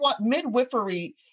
midwifery